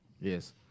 Yes